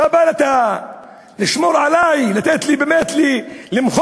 אתה באת לשמור עלי, לתת לי באמת למחות,